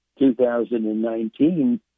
2019